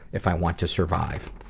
if i want to survive.